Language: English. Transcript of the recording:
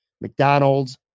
McDonald's